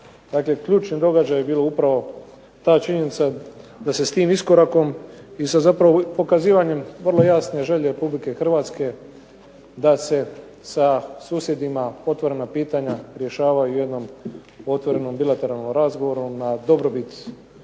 ključni događaj je bilo upravo ta činjenica da se s tim iskorakom i sa zapravo pokazivanjem vrlo jasne želje RH da se sa susjedima otvorena pitanja rješavaju u jednom otvorenom bilateralnom razgovoru na dobrobit